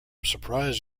surprised